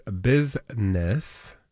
business